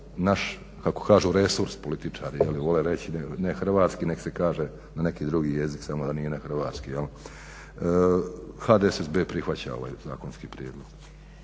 HDSSB prihvaća ovaj zakonski prijedlog.